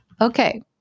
Okay